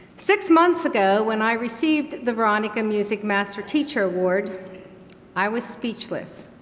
six months ago, when i received the veronica muzic master teacher award i was speechless.